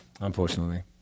Unfortunately